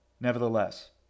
Nevertheless